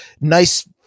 nice